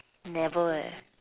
never